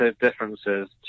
differences